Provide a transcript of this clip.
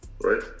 right